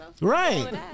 Right